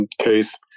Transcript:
case